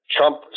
Trump